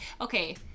Okay